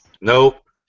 Nope